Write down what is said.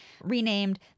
renamed